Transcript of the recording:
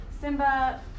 Simba